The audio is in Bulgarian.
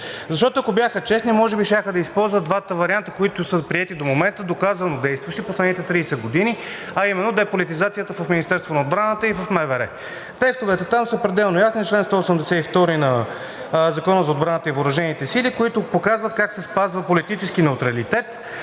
Защото, ако бяха честни, може би щяха да използват двата варианта, приети до момента, доказано действащи през последните 30 години, а именно деполитизацията в Министерството на отбраната и в Министерството на вътрешните работи. Текстовете там са пределно ясни – чл. 182 на Закона за отбраната и въоръжените сили, които показват как се спазва политически неутралитет